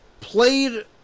Played